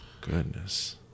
Goodness